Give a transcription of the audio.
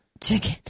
chicken